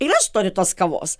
ir aš noriu tos kavos